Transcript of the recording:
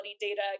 data